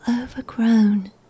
overgrown